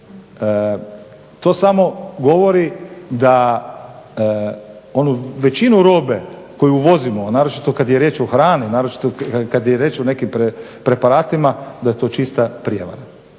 To samo govori da onu većinu robe koju uvozimo, a naročito kad je riječ o hrani, naročito kad je riječ o nekim preparatima da je to čista prijevara